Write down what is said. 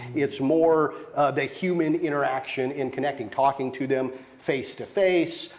it's more the human interaction in connecting, talking to them face to face,